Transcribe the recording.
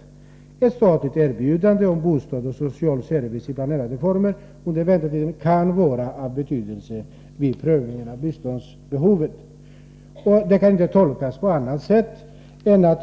Vidare sägs att ett statligt erbjudande om bostad och social service i planerade former under väntetiden kan vara av betydelse vid prövningen av biståndsbehovet. Detta kan inte tolkas på annat sätt än att